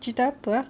cerita apa ah